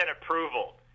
approval